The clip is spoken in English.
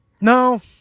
No